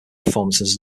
performances